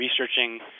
researching